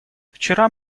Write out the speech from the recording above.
вчера